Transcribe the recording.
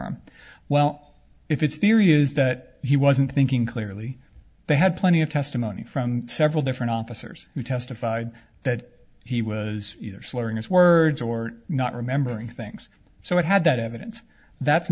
m well if its theory is that he wasn't thinking clearly they had plenty of testimony from several different officers who testified that he was either slurring his words or not remembering things so it had that evidence that's